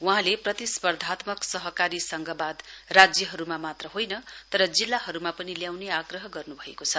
वहाँले प्रतिस्पार्धात्मक सहकारी संघवाद राज्यहरुमा मात्र होइन तर जिल्लाहरुमा पनि ल्याउने आग्रह गर्न्भएको छ